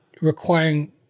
requiring